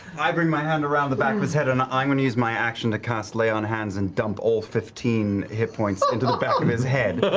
i bring my hand around the back of his head, and i'm gonna use my action to cast lay on hands and dump all fifteen hit points into the back of his head.